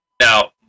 Now